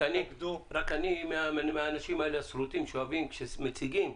אני רק מהאנשים האלה השרוטים שאוהבים, כשמציגים,